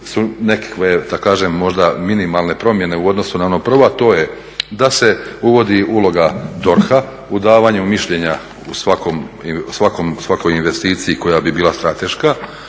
su nekakve da kažem možda minimalne promjene u odnosu na ono prvo, a to je se uvodi uloga DORH-a u davanju mišljenja u svakoj investiciji koja bi bila strateška.